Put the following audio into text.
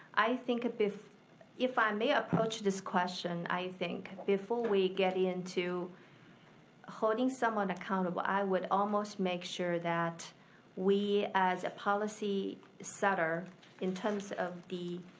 i think if if i may approach this question, i think, before we get into holding someone accountable, i would almost make sure that we as a policy setter in terms of the